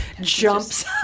jumps